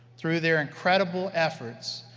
through their incredible efforts,